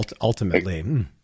ultimately